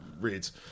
reads